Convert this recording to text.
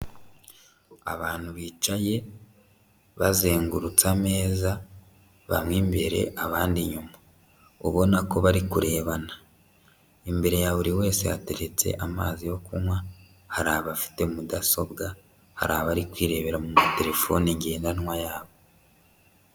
Abantu bicaye bazengurutse ameza, bamwe imbere abandi inyuma, ubona ko bari kurebana, imbere ya buri wese hateretse amazi yo kunywa, hari abafite mudasobwa, hari abari kwirebera mu materefone ngendanwa yabo.